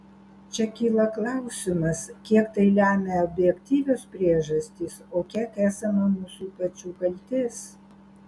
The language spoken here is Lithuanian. čia kyla klausimas kiek tai lemia objektyvios priežastys o kiek esama mūsų pačių kaltės